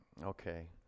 Okay